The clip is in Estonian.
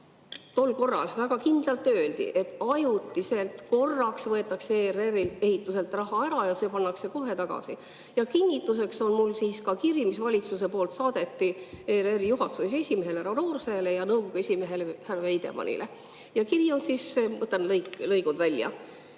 tol korral väga kindlalt öeldi, et ajutiselt, korraks võetakse ERR‑i ehituselt raha ära ja see pannakse kohe tagasi. Ja kinnituseks on mul ka kiri, mis valitsuse poolt saadeti ERR‑i juhatuse esimehele härra Roosele ja nõukogu esimehele härra Veidemannile. Kiri on [selline], võtan lõigud välja: